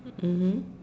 mmhmm